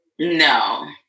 No